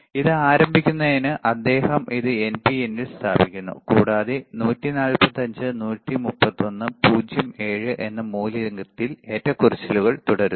ഇത് ആരംഭിക്കുന്നതിന് അദ്ദേഹം ഇത് എൻപിഎനിൽ സ്ഥാപിക്കുന്നു കൂടാതെ 145 131 0 7 എന്ന മൂല്യത്തിൽ ഏറ്റക്കുറച്ചിലുകൾ തുടരുന്നു